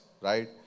right